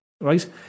right